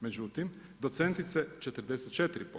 Međutim, docentice 44%